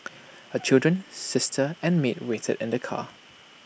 her children sister and maid waited in the car